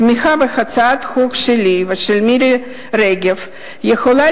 תמיכה בהצעות החוק שלי ושל מירי רגב יכולה